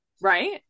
Right